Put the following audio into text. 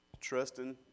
trusting